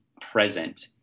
present